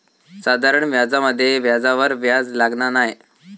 साधारण व्याजामध्ये व्याजावर व्याज लागना नाय